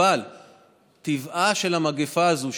אבל טבעה של המגפה הזאת,